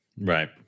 Right